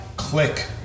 Click